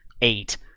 eight